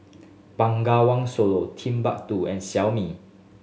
Bengawan Solo Timbuk Two and Xiaomi